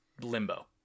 limbo